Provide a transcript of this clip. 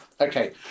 Okay